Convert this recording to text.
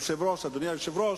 ישראל ופלסטין,